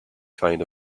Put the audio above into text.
find